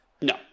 no